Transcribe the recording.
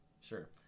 Sure